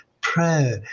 prayer